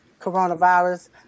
coronavirus